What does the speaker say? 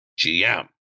GM